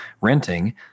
renting